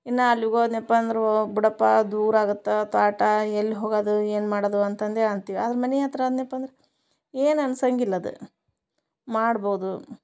ಇನ್ನು ಅಲ್ಲಿಗೆ ಹೋದ್ನ್ಯಪ್ ಅಂದ್ರೆ ಹೋಗ್ ಬಿಡಪ್ಪ ದೂರ ಆಗತ್ತೆ ತೋಟ ಎಲ್ಲಿ ಹೋಗೋದು ಏನು ಮಾಡೋದು ಅಂತ ಅಂದೇ ಅಂತೀವಿ ಆದ್ರೆ ಮನೆ ಹತ್ರ ಆದ್ನ್ಯಪ್ಪ ಅಂದ್ರೆ ಏನೂ ಅನ್ಸಂಗಿಲ್ಲ ಅದು ಮಾಡ್ಬೋದು